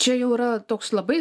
čia jau yra toks labai